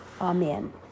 Amen